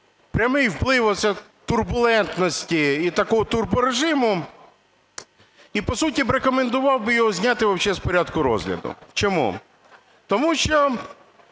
прямий вплив турбулентності і такого турборежиму, і по суті рекомендував би його зняти взагалі з порядку розгляду. Чому? Тому що